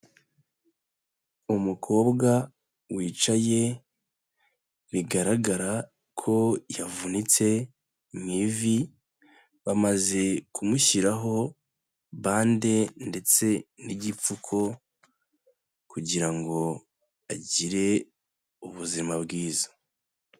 Umukobwa wicaye bigaragara ko yavunitse mu ivi, bamaze kumushyiraho bande ndetse n'igipfuko kugira ngo agire ubuzima bwiza.